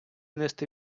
нести